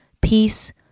peace